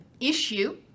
issue